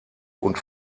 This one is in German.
und